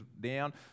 down